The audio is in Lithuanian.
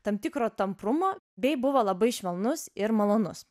tam tikro tamprumo bei buvo labai švelnus ir malonus